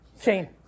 Shane